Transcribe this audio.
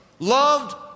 loved